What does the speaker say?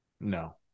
No